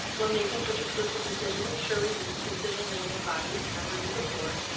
when making such a crucial decision, surely the the decision-making body, members of the board,